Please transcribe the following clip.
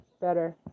better